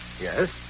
Yes